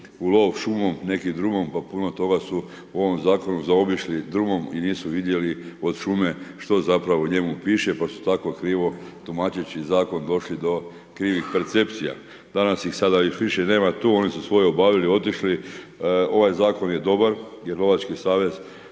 u lov šumom, neki drumom, pa puno toga su u ovom zakonu zaobišli drumom i nisu vidjeli od šume što zapravo u njemu piše, pa su tako krivo tumačeći zakon došli do krivih percepcija. Danas ih sada još više nema tu, oni su svoje obavili, otišli. Ovaj zakon je dobar jer lovački savez